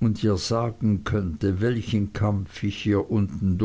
und ihr sagen könnte welchen kampf ich hier unten